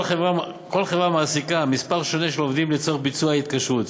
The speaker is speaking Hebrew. כל חברה מעסיקה מספר שונה של עובדים לצורך ביצוע ההתקשרות.